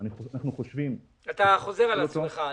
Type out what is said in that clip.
אתה חוזר על עצמך.